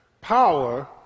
power